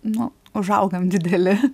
nu užaugam dideli